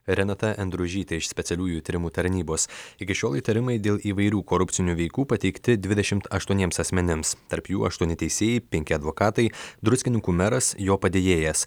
renata endružytė iš specialiųjų tyrimų tarnybos iki šiol įtarimai dėl įvairių korupcinių veikų pateikti dvidešimt aštuoniems asmenims tarp jų aštuoni teisėjai penki advokatai druskininkų meras jo padėjėjas